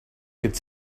could